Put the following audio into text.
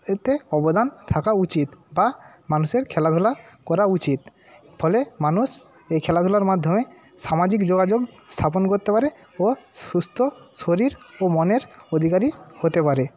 এতে অবদান থাকা উচিত বা মানুষের খেলাধুলা করা উচিত ফলে মানুষ এই খেলাধুলার মাধ্যমে সামাজিক যোগাযোগ স্থাপন করতে পারে ও সুস্থ শরীর ও মনের অধিকারী হতে পারে